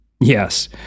Yes